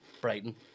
Brighton